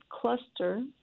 cluster